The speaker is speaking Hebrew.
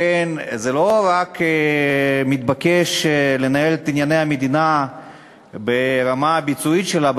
לכן זה לא רק מתבקש לנהל את ענייני המדינה ברמה הביצועית שלה,